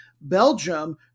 Belgium